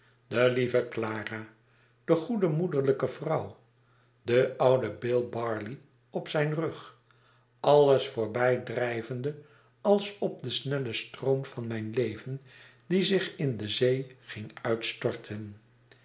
de lieve clara de goede mbederlijke vrouw den ouden bill barley op zijn rug alles voorbijdrijvende als op den snellen stroom van mijn leven die zich in de zee gihg uitstorten